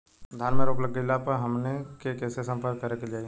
धान में रोग लग गईला पर हमनी के से संपर्क कईल जाई?